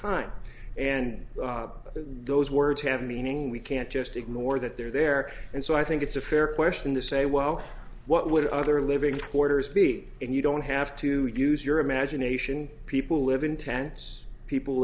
time and those words have meaning we can't just ignore that they're there and so i think it's a fair question the say well what would other living quarters be and you don't have to use your imagination people live in tents people